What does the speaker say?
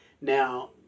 Now